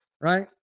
right